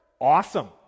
Awesome